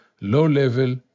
low-level